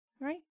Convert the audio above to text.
right